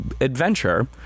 adventure